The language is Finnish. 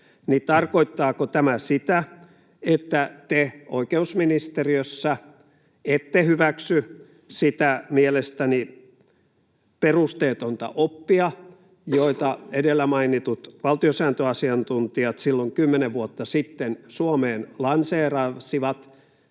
tarkoittaako tämä sitä, että te oikeusministeriössä ette hyväksy sitä mielestäni perusteetonta oppia, jota edellä mainitut valtiosääntöasiantuntijat silloin kymmenen vuotta sitten Suomeen lanseerasivat